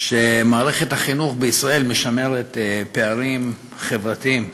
שמערכת החינוך בישראל משמרת פערים חברתיים.